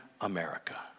America